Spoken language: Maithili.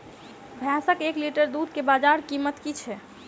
भैंसक एक लीटर दुध केँ बजार कीमत की छै?